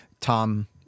Tom